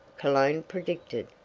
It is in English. cologne predicted.